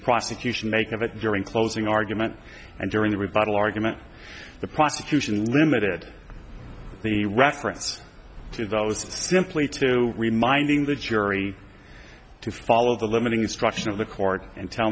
the prosecution make of it during closing argument and during the rebuttal argument the prosecution limited the reference to that was simply to reminding the jury to follow the limiting instruction of the court and tell